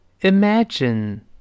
Imagine